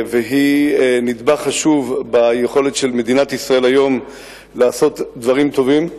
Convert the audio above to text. והיא נדבך חשוב ביכולת של מדינת ישראל היום לעשות דברים טובים.